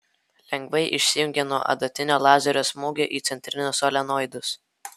lengvai išsijungia nuo adatinio lazerio smūgio į centrinius solenoidus